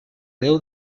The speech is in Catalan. déu